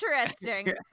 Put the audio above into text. Interesting